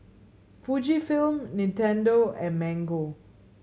Fujifilm Nintendo and Mango